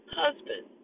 husband